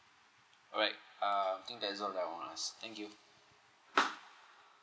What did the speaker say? alright uh I think that's all now ah thank you